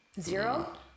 zero